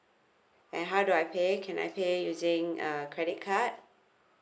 and how do I pay can I pay using a credit card